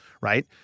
Right